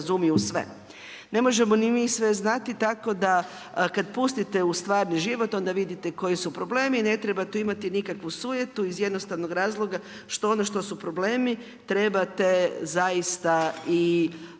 Ne možemo ni mi sve znati tako da kada pustite u stvarni život onda vidite koji su problemi i ne treba tu imati nikakvu sujetu iz razloga što onda što su problemi trebate zaista i vidjeti